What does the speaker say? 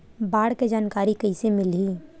बाढ़ के जानकारी कइसे मिलही?